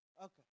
Okay